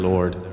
Lord